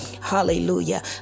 Hallelujah